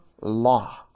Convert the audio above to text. law